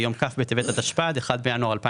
ביום כ' בטבת התשפ"ד (1 בינואר 2024)